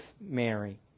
Mary